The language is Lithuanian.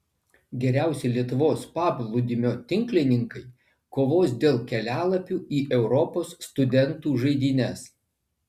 geriausi lietuvos paplūdimio tinklininkai kovos dėl kelialapių į europos studentų žaidynes